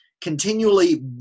continually